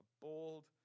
Bold